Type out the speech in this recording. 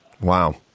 Wow